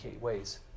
ways